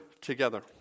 together